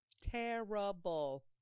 Terrible